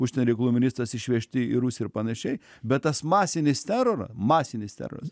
užsienio reikalų ministras išvežti į rusiją ir panašiai bet tas masinis teroras masinis teroras